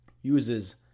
uses